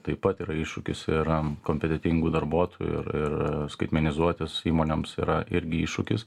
taip pat yra iššūkis ir kompetentingų darbuotojų ir ir skaitmenizuotis įmonėms yra irgi iššūkis